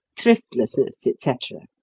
thriftlessness etc.